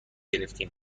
گرفتیم